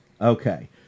okay